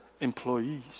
employees